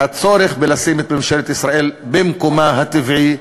והצורך הוא לשים את ממשלת ישראל במקומה הטבעי,